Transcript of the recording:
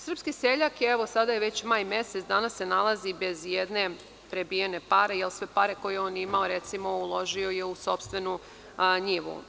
Srpski seljak, danas je već maj mesec, danas se nalazi bez ijedne prebijene pare, jer sve pare koje je on imao, recimo, uložio je u sopstvenu njivu.